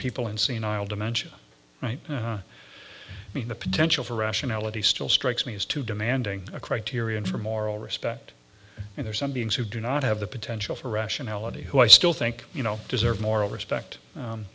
people in senile dementia right i mean the potential for rationality still strikes me as too demanding a criterion for moral respect and there are some beings who do not have the potential for rationality who i still think you know deserve moral respect